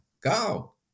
go